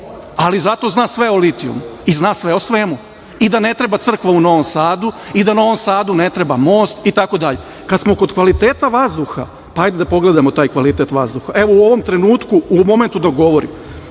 ali zato zna sve o litijumu i zna sve o svemu i da ne treba crkva u Novom Sadu i da Novom Sadu ne treba most itd. Kad smo kod kvaliteta vazduha, ajde da pogledamo taj kvalitet vazduha. Evo u ovom trenutku u momentu dok govorim